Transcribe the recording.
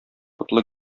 потлы